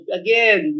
again